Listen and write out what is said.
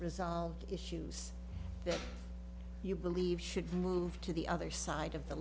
resolve issues that you believe should move to the other side of the